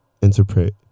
interpret